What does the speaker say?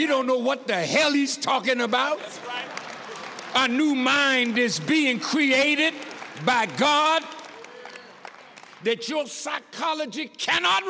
you don't know what the hell he's talking about a new mind is being created by god that your psychology cannot